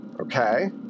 Okay